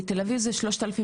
בתל אביב זה 3,774,